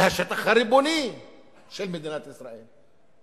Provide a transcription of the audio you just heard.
מהשטח הריבוני של מדינת ישראל.